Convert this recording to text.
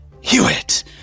Hewitt